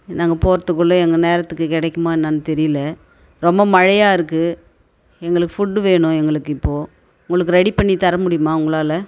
நாங்கள் போகிறதுக்குள்ள எங்கள் நேரத்துக்கு கிடைக்குமா என்னன்னு தெரியல ரொம்ப மழையாக இருக்குது எங்களுக்கு ஃபுட்டு வேணும் எங்களுக்கு இப்போது உங்களுக்கு ரெடி பண்ணி தர முடியுமா உங்களால்